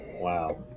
Wow